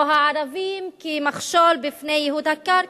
או "הערבים כמכשול בפני ייהוד הקרקע",